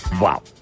Wow